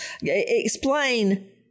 Explain